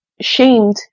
shamed